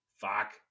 Fuck